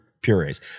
purees